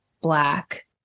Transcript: Black